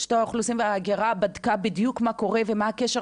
רשות האוכלוסין וההגירה בדקה בדיוק מה קורה ומה הקשר